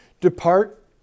depart